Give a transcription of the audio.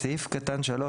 בסעיף 29(א),